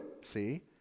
See